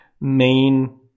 main